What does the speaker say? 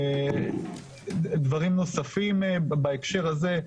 דברים נוספים בהקשר הזה,